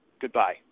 Goodbye